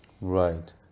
Right